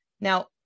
Now